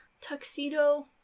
Tuxedo